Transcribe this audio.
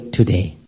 today